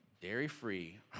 Dairy-free